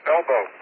Elbow